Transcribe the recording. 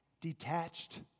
detached